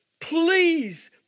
please